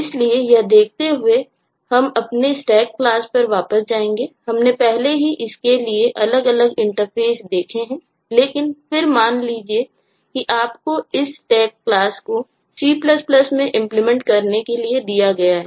इसलिए यह देखते हुए हम अपने स्टैक क्लास को कितना भरा गया है